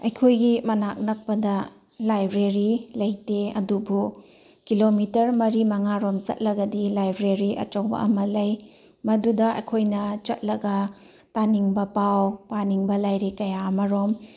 ꯑꯩꯈꯣꯏꯒꯤ ꯃꯅꯥꯛ ꯅꯛꯄꯗ ꯂꯥꯏꯕ꯭ꯔꯦꯔꯤ ꯂꯩꯇꯦ ꯑꯗꯨꯕꯨ ꯀꯤꯂꯣꯃꯤꯇꯔ ꯃꯔꯤ ꯃꯉꯥꯔꯣꯝ ꯆꯠꯂꯒꯗꯤ ꯂꯥꯏꯕ꯭ꯔꯦꯔꯤ ꯑꯆꯧꯕ ꯑꯃ ꯂꯩ ꯃꯗꯨꯗ ꯑꯩꯈꯣꯏꯅ ꯆꯠꯂꯒ ꯇꯥꯅꯤꯡꯕ ꯄꯥꯎ ꯄꯥꯅꯤꯡꯕ ꯂꯥꯏꯔꯤꯛ ꯀꯌꯥ ꯑꯃꯔꯣꯝ